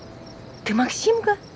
you're maksimka